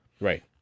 Right